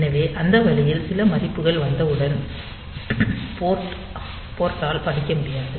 ஆகவே அந்த வரியில் சில மதிப்புகள் வந்தாலும் போர்ட் ஆல் படிக்க முடியாது